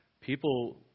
People